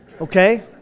Okay